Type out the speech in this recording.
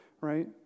right